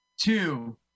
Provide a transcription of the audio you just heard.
two